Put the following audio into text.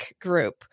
group